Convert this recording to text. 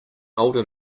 older